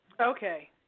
Okay